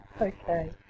Okay